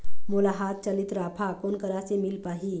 मोला हाथ चलित राफा कोन करा ले मिल पाही?